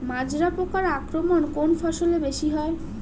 মাজরা পোকার আক্রমণ কোন ফসলে বেশি হয়?